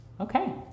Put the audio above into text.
Okay